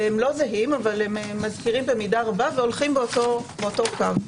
לא זהים אבל הולכים באותו קו.